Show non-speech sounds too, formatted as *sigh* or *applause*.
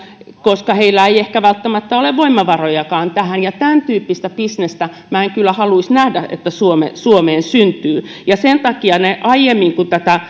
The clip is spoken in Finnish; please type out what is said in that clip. koska niillä ei ehkä välttämättä ole voimavarojakaan tähän ja tämäntyyppistä bisnestä minä en kyllä haluaisi nähdä suomeen syntyvän ja sen takia aiemmin kun tätä *unintelligible*